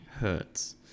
hurts